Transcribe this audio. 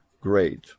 great